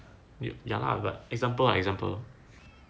ya lah but example lah example